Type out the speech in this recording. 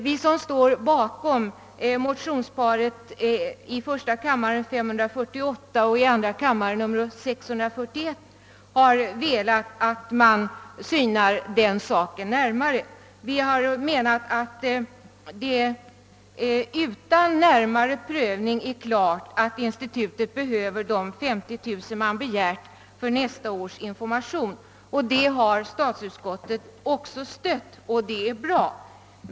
Vi som står bakom motionsparet I: 548 och 11: 641 har velat att man närmare synar den saken. Vi anser att det utan närmare prövning är klart att institutet behöver de 50 000 kronor man begärt för nästa års information. Denna önskan har statsutskottet också stött, vilket är bra.